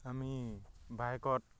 আমি বাইকত